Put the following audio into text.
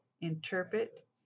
interpret